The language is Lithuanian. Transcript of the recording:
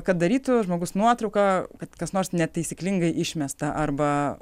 kad darytų žmogus nuotrauką kad kas nors netaisyklingai išmesta arba